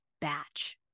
Batch